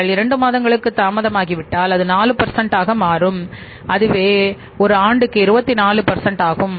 நீங்கள் 2 மாதங்களுக்கு தாமதமாகிவிட்டால் அது 4 ஆக மாறும்அதாவது இது ஆண்டுக்கு 24 ஆகும்